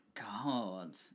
god